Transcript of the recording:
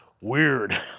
Weird